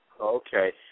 Okay